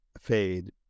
fade